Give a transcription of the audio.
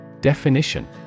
Definition